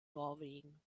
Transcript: norwegen